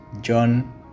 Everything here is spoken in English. John